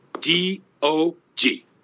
D-O-G